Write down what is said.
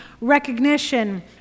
recognition